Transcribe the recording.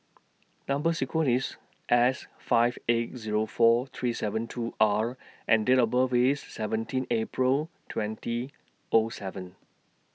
Number sequence IS S five eight Zero four three seven two R and Date of birth IS seventeen April twenty O seven